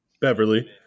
Beverly